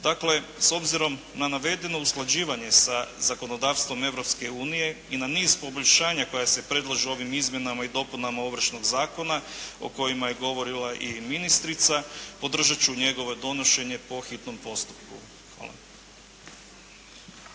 Dakle, s obzirom na navedeno usklađivanje sa zakonodavstvom Europske unije i na niz poboljšanja koja se predlažu ovim izmjenama i dopunama Ovršnog zakona o kojima je govorila i ministrica, podržati ću njegovo donošenje po hitnom postupku. Hvala.